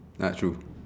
not true